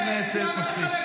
היא תומכת טרור?